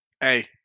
Hey